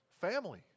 family